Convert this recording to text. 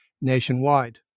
nationwide